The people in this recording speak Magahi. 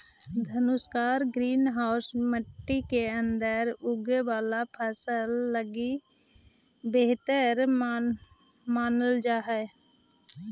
धनुषाकार ग्रीन हाउस मट्टी के अंदर उगे वाला फसल लगी बेहतर मानल जा हइ